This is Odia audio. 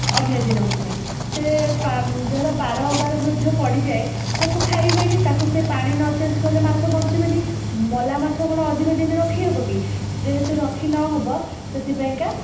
ଅନ୍ୟଦିନଙ୍କ ପାଇଁ ସେ ପା ଯାହାର ବାର ଅବାର ମଧ୍ୟ ପଡ଼ିଯାଏ ସେୟାକୁ ଖାଇ ହୁଏନି ତା'କୁ ସେ ପାଣି ନ ଚେଞ୍ଜ କଲେ ମାଛ ବଞ୍ଚିବେନି ମଲା ମାଛ କ'ଣ ଅଧିକ ଦିନ ରଖିହେବ କି ଯେହେତୁ ରଖି ନ ହେବ ସେଥିପାଇଁ କା